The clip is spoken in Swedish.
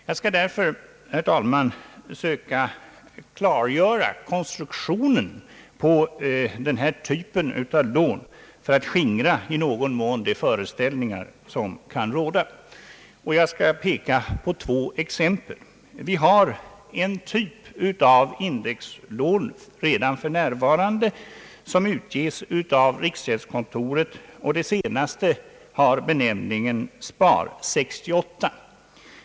För att skingra de vanföreställningar som kan råda skall jag försöka klargöra denna lånetyps konstruktion, och jag skall anföra ett par exempel. Det finns redan en typ av indexlån som utges av riksgäldskontoret. Det senaste lånet har benämningen Spar 68.